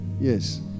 Yes